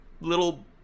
little